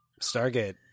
Stargate